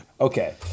Okay